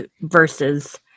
versus